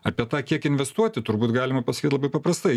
apie tą kiek investuoti turbūt galima pasakyt labai paprastai